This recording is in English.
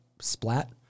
splat